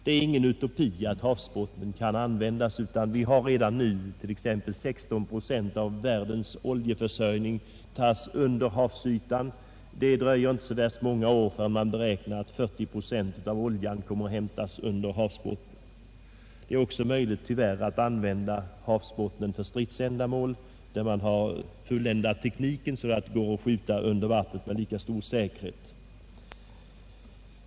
Det är ingen utopi att havsbottnen kan användas — redan nu hämtas t.ex. 16 procent av världens oljeförsörjning under havsytan, och det beräknas inte dröja så många år förrän 40 procent av oljeförsörjningen hämtas under havsytan. Men det är tyvärr också möjligt att använda havsbottnen för stridsändamål; man har fulländat tekniken så att det går att skjuta under vatten med lika stor träffsäkerhet som ovan ytan.